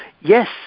Yes